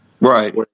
right